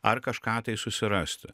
ar kažką tai susirasti